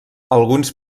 alguns